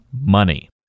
money